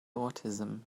autism